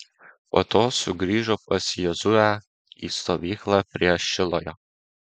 po to sugrįžo pas jozuę į stovyklą prie šilojo